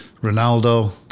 Ronaldo